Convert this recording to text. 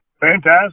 Fantastic